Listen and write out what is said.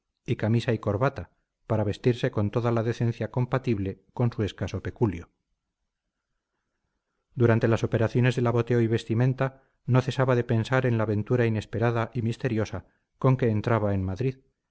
y camisa y corbata para vestirse con toda la decencia compatible con su escaso peculio durante las operaciones de lavoteo y vestimenta no cesaba de pensar en la ventura inesperada y misteriosa con que entraba en madrid